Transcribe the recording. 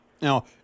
Now